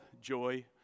joy